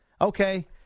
Okay